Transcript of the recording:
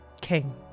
king